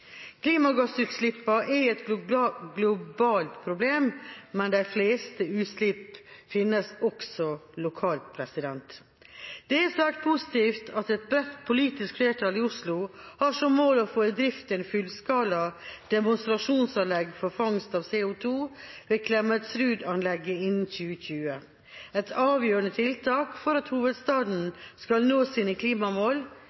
er et globalt problem, men de fleste utslipp finnes også lokalt. Det er svært positivt at et bredt politisk flertall i Oslo har som mål å få i drift et fullskala-demonstrasjonsanlegg for fangst av CO2 ved Klemetsrud-anlegget innen 2020. Et avgjørende tiltak for at